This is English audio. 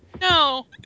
No